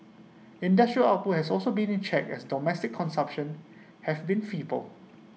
industrial output has also been in check as domestic consumption has been feeble